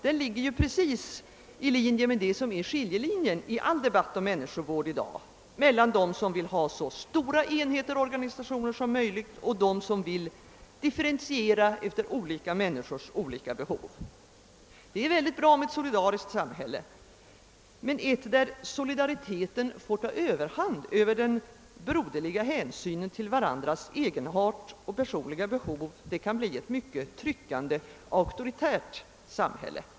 Här kommer vi åter till den stora skiljelinjen i all debatt om människovård i dag — skiljelinjen mellan dem som vill ha så stora enheter och organisationer som möjligt och dem som vill göra en differentiering efter de olika människornas behov. Det är mycket bra med ett solidariskt samhälle, men ett samhälle, där solidariteten får överhand över den broderliga hänsynen till medmänniskornas egenart och personliga behov, kan bli ett mycket tryckande och auktoritärt samhälle.